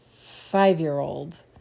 five-year-old